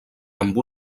amb